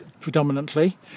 predominantly